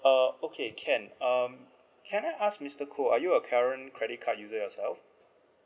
uh okay can um can I ask mister koh are you a current credit card user yourself